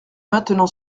maintenant